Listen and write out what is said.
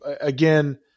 again